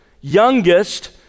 youngest